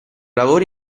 lavori